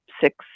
six